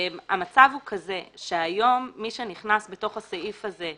המצב הוא כזה שהיום מי שנכנס בתוך הסעיף הזה,